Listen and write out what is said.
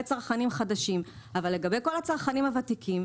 צרכנים חדשים אבל לגבי כל הצרכנים הוותיקים,